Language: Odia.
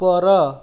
ଉପର